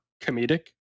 comedic